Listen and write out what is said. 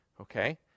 okay